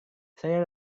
saya